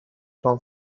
from